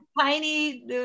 tiny